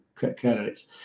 candidates